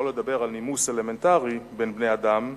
שלא לדבר על נימוס אלמנטרי בין בני-אדם,